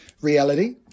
reality